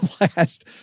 last